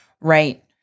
right